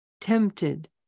tempted